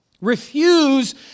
Refuse